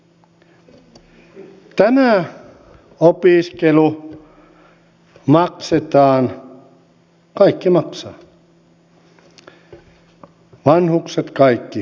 kaikki maksavat vanhukset kaikki